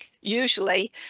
usually